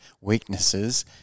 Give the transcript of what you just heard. weaknesses